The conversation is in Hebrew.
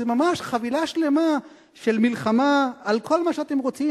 זו ממש חבילה שלמה של מלחמה על כל מה שאתם רוצים.